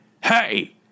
hey